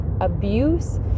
abuse